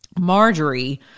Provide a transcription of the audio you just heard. Marjorie